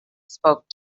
spoke